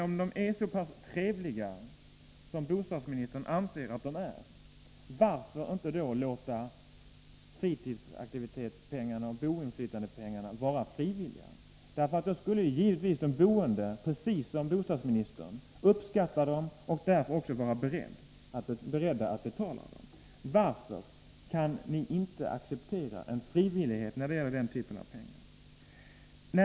Om de är så trevliga som bostadsministern anser att de är, varför då inte låta fritidsaktivitetspengarna och boinflytandepengarna vara frivilliga? Då skulle givetvis de boende, precis som bostadsministern, uppskatta dem och därför också vara beredda att betala dem. Varför kan ni inte acceptera frivillighet när det gäller den typen av pengar?